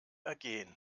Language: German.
ergehen